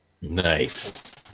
Nice